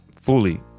fully